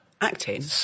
acting